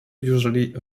usually